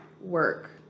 work